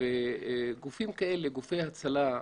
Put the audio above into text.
גופי הצלה,